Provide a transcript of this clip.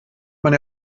man